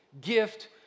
gift